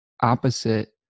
opposite